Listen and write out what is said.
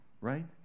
right